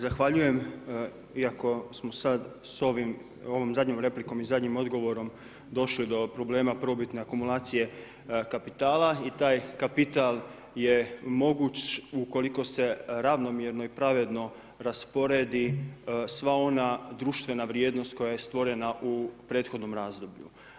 Zahvaljujem iako smo sad sa ovim, ovom zadnjom replikom i zadnjim odgovorom došli do problema prvobitne akumulacije kapitala i taj kapital je moguć ukoliko se ravnomjerno i pravedno rasporedi sva ona društvena vrijednost koja je stvorena u prethodnom razdoblju.